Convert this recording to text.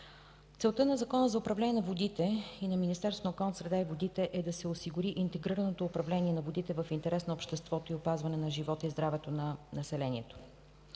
Целта на Закона за управление на водите и на Министерството на околната среда и водите е да се осигури интегрирано управление на водите в интерес на обществото и опазване на живота и здравето на населението.